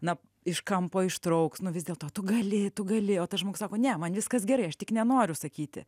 na iš kampo ištrauks nu vis dėlto tu gali tu gali o tas žmogus sako ne man viskas gerai aš tik nenoriu sakyti